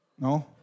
No